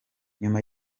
nyuma